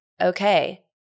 okay